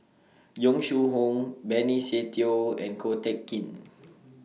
Yong Shu Hoong Benny Se Teo and Ko Teck Kin